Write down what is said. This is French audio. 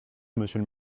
monsieur